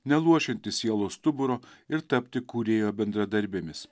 neluošinti sielos stuburo ir tapti kūrėjo bendradarbėmis